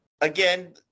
again